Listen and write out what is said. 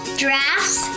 giraffes